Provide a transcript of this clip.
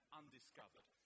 undiscovered